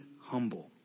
humble